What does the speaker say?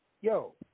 Yo